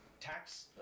tax